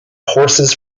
horses